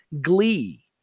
glee